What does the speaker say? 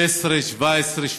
לשנים 2016,